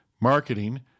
marketing